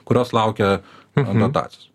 kurios laukia dotacijos